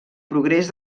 progrés